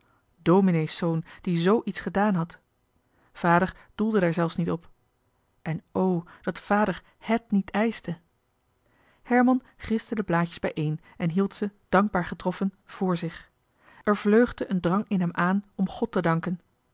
zijn dominee's zoon die z iets gedaan had vader doelde daar zelfs niet op en o dat vader het niet eischte herman griste de blaadjes bijeen en hield ze dankbaar getroffen vr zich er vleugde een drang in hem aan om god te danken